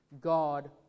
God